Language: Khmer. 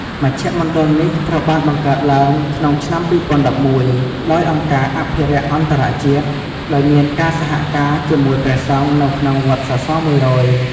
មជ្ឈមណ្ឌលនេះត្រូវបានបង្កើតឡើងក្នុងឆ្នាំ ២០១១ ដោយអង្គការអភិរក្សអន្តរជាតិដោយមានការសហការជាមួយព្រះសង្ឃនៅក្នុងវត្តសសរ ១០០ ។